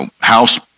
house